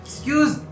Excuse